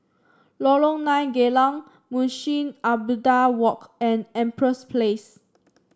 Lorong Nine Geylang Munshi Abdullah Walk and Empress Place